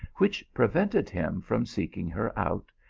which pre ented him from seeking her out,